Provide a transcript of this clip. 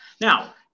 Now